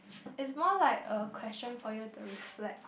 is more like a question for you to reflect